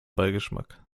beigeschmack